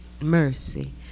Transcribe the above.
mercy